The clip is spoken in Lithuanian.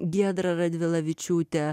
giedra radvilavičiūtė